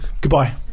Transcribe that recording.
goodbye